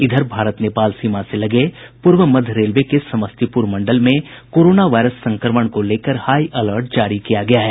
इधर भारत नेपाल सीमा से लगे पूर्व मध्य रेलवे के समस्तीपुर मंडल में कोरोना वायरस संक्रमण को लेकर हाई अलर्ट जारी किया गया है